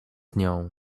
nią